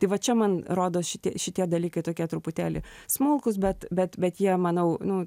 tai va čia man rodos šitie šitie dalykai tokie truputėlį smulkūs bet bet bet jie manau nu